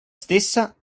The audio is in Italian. stessa